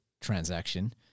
transaction